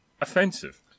offensive